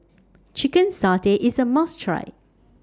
Chicken Satay IS A must Try